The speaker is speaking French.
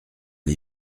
les